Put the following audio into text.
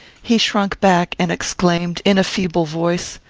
he shrunk back, and exclaimed, in a feeble voice,